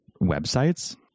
websites